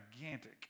gigantic